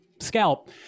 scalp